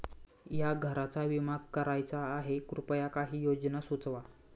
या घराचा विमा करायचा आहे कृपया काही योजना सुचवा